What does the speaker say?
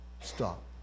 stop